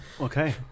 Okay